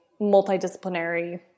multidisciplinary